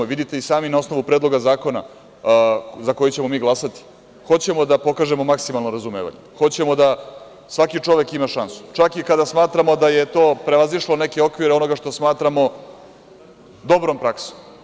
Vidite i sami na osnovu predloga zakona za koji ćemo mi glasati, hoćemo da pokažemo maksimalno razumevanje, hoćemo da svaki čovek ima šansu, čak i kada smatramo da je to prevazišlo neke okvira onoga što smatramo dobrom praksom.